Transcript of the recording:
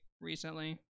recently